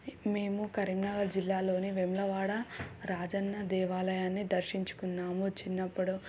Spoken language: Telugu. మేము కరీంనగర్ జిల్లాలోని వేములవాడ రాజన్న దేవాలయాన్ని దర్శించుకున్నాము చిన్నప్పుడు